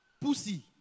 pussy